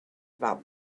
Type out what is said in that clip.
about